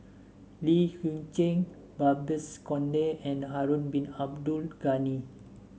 Li Hui Cheng Babes Conde and Harun Bin Abdul Ghani